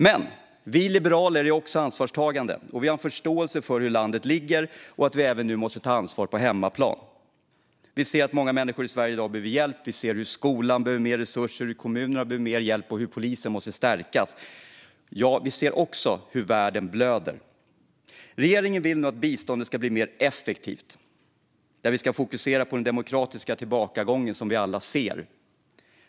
Men vi liberaler är också ansvarstagande, och vi har en förståelse för hur landet ligger och att vi nu även måste ta ansvar på hemmaplan. Vi ser att många människor i Sverige i dag behöver hjälp. Vi ser hur skolan behöver mer resurser, hur kommunerna behöver mer hjälp och hur polisen måste stärkas. Vi ser också hur världen blöder. Regeringen vill nu att biståndet ska bli mer effektivt och att vi ska fokusera på den demokratiska tillbakagång som vi alla ser.